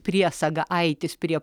priesaga aitis prie